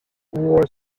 war